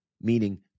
meaning